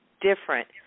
different